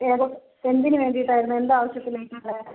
ഏതൊക്കെ എന്തിന് വേണ്ടിയിട്ടാർന്നു എന്ത് ആവശ്യത്തിന് വേണ്ടിയിട്ടാർന്നു